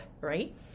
right